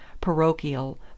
parochial